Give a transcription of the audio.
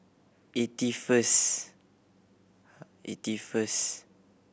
eighty first eighty first